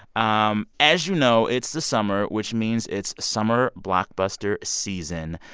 um as you know, it's the summer, which means it's summer blockbuster season.